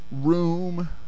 room